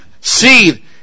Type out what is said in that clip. seed